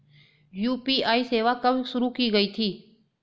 UPI सेवा कब शुरू की गई थी?